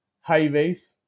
highways